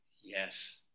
Yes